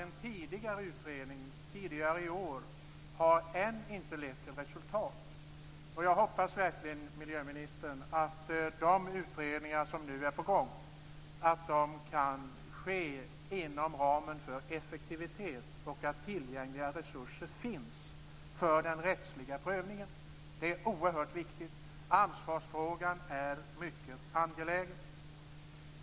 En utredning framlagd tidigare i år har tyvärr ännu inte lett till resultat. Jag hoppas verkligen, miljöministern, att de utredningar som nu är på gång kan genomföras effektivt, och det är oerhört viktigt att resurser för den rättsliga prövningen finns. Ansvarsfrågan är mycket angelägen.